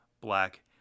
black